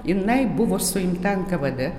jinai buvo suimta nkvd